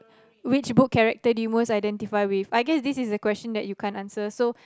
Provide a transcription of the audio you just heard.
which book character do you most identify with I guess this is a question that you can't answer so